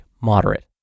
moderate